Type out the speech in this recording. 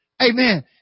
Amen